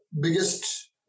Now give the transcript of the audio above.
biggest